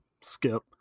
skip